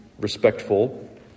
respectful